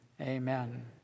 Amen